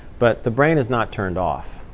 but the brain is not turned off,